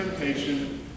temptation